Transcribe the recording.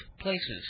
places